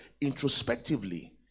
introspectively